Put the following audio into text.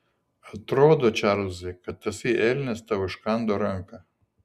atrodo čarlzai kad tasai elnias tau iškando ranką